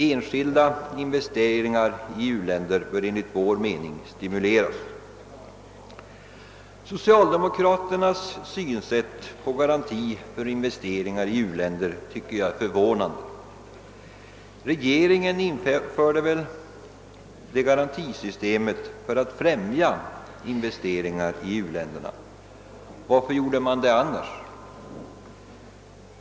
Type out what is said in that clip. Enskilda investeringar i u-länder bör enligt vår mening stimuleras. Socialdemokraternas synsätt på frågan om garanti för investeringar i u-länder är enligt min mening förvånande. Regeringen införde detta garantisystem för att främja investeringar i u-länderna! Varför gjorde man det annars?